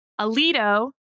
Alito